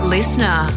Listener